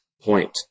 point